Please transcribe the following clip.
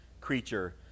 creature